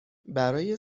برای